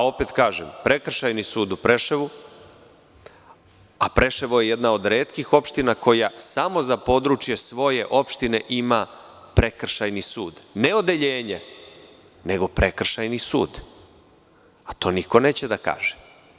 Opet kažem, Prekršajni sud u Preševu, a Preševo je jedna od retkih opština koja samo za svoje područje ima Prekršajni sud, ne odeljenje, nego Prekršajni sud, a to niko neće da kaže.